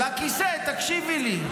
לכיסא, תקשיבי לי.